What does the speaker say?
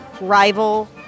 rival